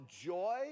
joy